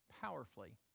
powerfully